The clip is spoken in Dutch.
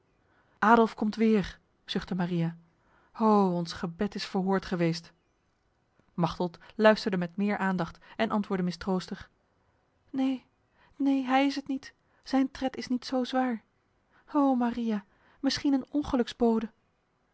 adolf komt weer zuchtte maria ho ons gebed is verhoord geweest machteld luisterde met meer aandacht en antwoordde mistroostig neen neen hij is het niet zijn tred is niet zo zwaar o maria misschien een